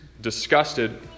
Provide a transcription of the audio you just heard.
disgusted